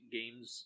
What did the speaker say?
games